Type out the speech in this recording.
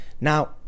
Now